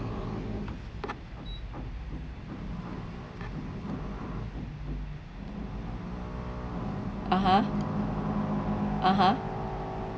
(uh huh) (uh huh)